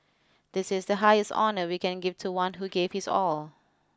this is the highest honour we can give to one who gave his all